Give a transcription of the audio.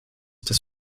das